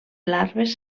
larves